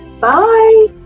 bye